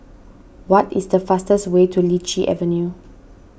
what is the fastest way to Lichi Avenue